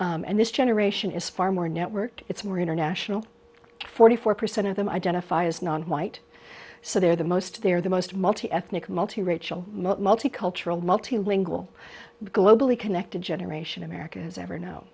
s and this generation is far more networked it's more international forty four percent of them identify as nonwhite so they're the most they're the most multi ethnic multi racial most multicultural multi lingual globally connected generation america has ever know